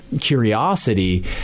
curiosity